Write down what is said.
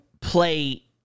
play